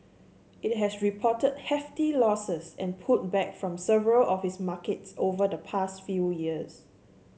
it has reported hefty losses and pulled back from several of its markets over the past few years